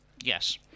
Yes